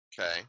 Okay